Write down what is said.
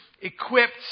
equipped